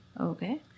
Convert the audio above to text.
Okay